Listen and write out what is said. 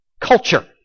Culture